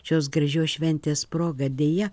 šios gražios šventės proga deja